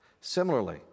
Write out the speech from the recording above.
Similarly